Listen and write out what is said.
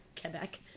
Quebec